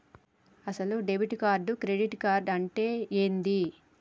అసలు debit card credit card అంటే ఏంది?